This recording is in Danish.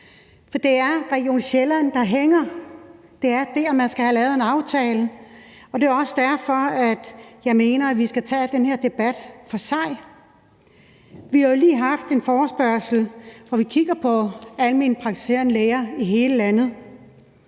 for det er Region Sjælland, der hænger – det er der, man skal have lavet en aftale. Og det er jo også derfor, jeg mener, vi skal tage den her debat for sig. Vi har jo lige haft en forespørgsel, hvor vi kiggede på alment praktiserende læger i hele landet.